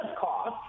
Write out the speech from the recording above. cost